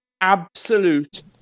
absolute